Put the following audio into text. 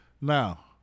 Now